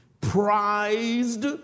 prized